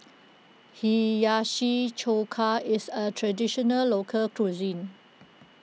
Hiyashi Chuka is a Traditional Local Cuisine